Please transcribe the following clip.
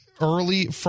early